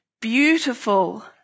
beautiful